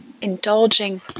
indulging